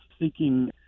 seeking